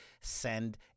send